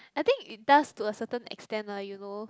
I think it does to a certain extent lah you know